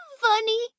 funny